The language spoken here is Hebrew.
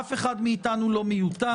אף אחד מאיתנו לא מיותר,